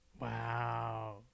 Wow